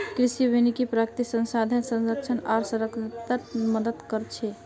कृषि वानिकी प्राकृतिक संसाधनेर संरक्षण आर संरक्षणत मदद कर छे